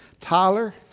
Tyler